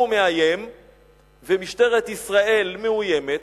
הוא מאיים ומשטרת ישראל מאוימת,